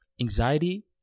anxiety